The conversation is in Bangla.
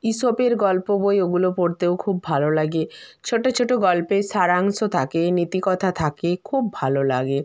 ইশপের গল্প বই ওগুলো পড়তেও খুব ভালো লাগে ছোটো ছোটো গল্পে সারাংশ থাকে নীতি কথা থাকে খুব ভালো লাগে